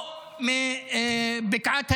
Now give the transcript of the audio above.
או מבקעת הירדן,